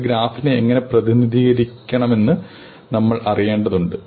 ഒരു ഗ്രാഫിനെ എങ്ങനെ പ്രതിനിധീകരിക്കണമെന്ന് നമ്മൾ അറിയേണ്ടതുണ്ട്